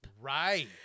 Right